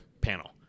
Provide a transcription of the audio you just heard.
panel